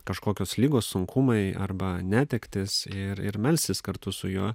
kažkokios ligos sunkumai arba netektys ir ir melstis kartu su juo